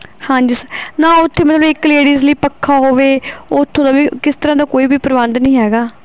ਹਾਂਜੀ ਸ ਨਾਂ ਉੱਥੇ ਮਤਲਬ ਇੱਕ ਲੇਡੀਜ਼ ਲਈ ਪੱਖਾ ਹੋਵੇ ਉੱਥੋਂ ਦਾ ਵੀ ਕਿਸ ਤਰ੍ਹਾਂ ਦਾ ਕੋਈ ਵੀ ਪ੍ਰਬੰਧ ਨਹੀਂ ਹੈਗਾ